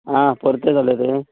आं परतें जालें तें